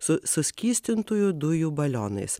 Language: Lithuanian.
su suskystintųjų dujų balionais